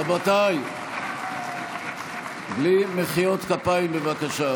רבותיי, בלי מחיאות כפיים, בבקשה.